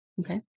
Okay